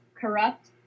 corrupt